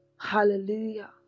Hallelujah